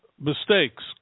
mistakes